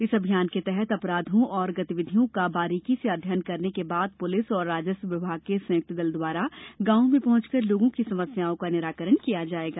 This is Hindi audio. इस अभियान के तहत अपराधों और गतिविधियों का बारिकी से अध्ययन करने के बाद पुलिस और राजस्व विभाग का संयुक्त दल द्वारा गांवों में पहुंचकर लोगों की समस्याओं का निराकरण किया जाएगा